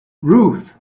ruth